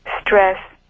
stress